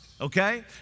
Okay